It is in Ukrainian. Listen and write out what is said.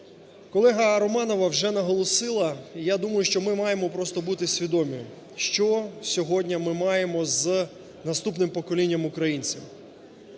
Колега Романова вже наголосила, і, я думаю, що ми маємо просто бути свідомі, що сьогодні ми маємо з наступним поколінням українців.